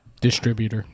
Distributor